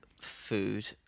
food